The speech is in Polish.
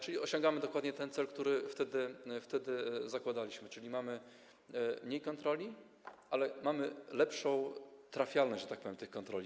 Czyli osiągamy dokładnie ten cel, który wtedy zakładaliśmy: jest mniej kontroli, ale mamy lepszą trafialność, że tak powiem, tych kontroli.